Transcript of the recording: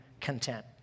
content